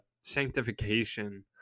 sanctification